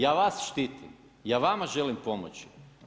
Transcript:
Ja vas štitim, ja vama želim pomoći.